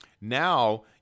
now